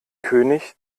könig